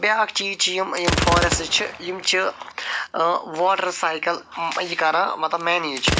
بیٛاکھ چیٖز چھ یِم یِم فارٮ۪سٹ چھِ یِم چھِ واٹَر سایکَل یہِ کَران مَطلَب میٚنیج